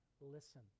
listen